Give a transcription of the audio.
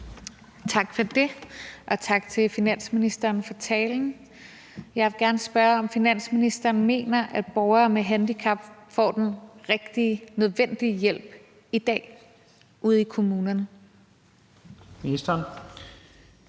Tak for det, og tak til finansministeren for talen. Jeg vil gerne spørge, om finansministeren mener, at borgere med handicap får den rigtige og nødvendige hjælp i dag ude i kommunerne.